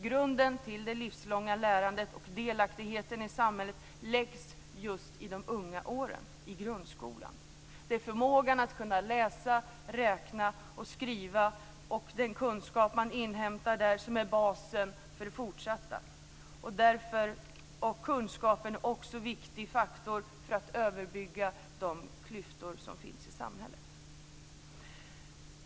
Grunden till det livslånga lärandet och delaktigheten i samhället läggs just i unga år - i grundskolan. Det är förmågan att läsa, räkna och skriva och den kunskap man inhämtar i grundskolan som är basen för det fortsatta lärandet. Kunskapen är också en viktig faktor när det gäller att överbrygga de klyftor som finns i samhället.